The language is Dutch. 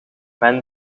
mijn